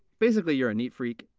basically, you're a neat freak.